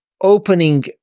opening